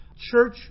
church